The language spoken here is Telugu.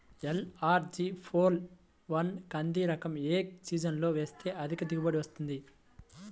ఎల్.అర్.జి ఫోర్ వన్ కంది రకం ఏ సీజన్లో వేస్తె అధిక దిగుబడి వస్తుంది?